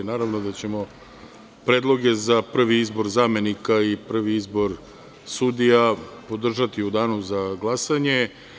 Naravno da ćemo predloge za prvi izbor zamenika i prvi izbor sudija podržati u danu za glasanje.